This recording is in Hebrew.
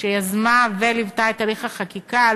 שיזמה וליוותה את הליך החקיקה,